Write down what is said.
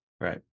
Right